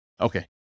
Okay